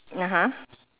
(uh huh)